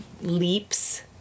leaps